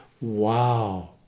Wow